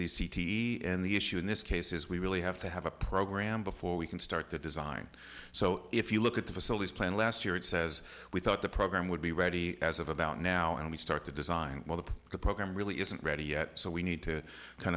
the c t e and the issue in this case is we really have to have a program before we can start to design so if you look at the facilities plan last year it says we thought the program would be ready as of about now and we start to design well the program really isn't ready yet so we need to kind